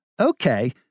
Okay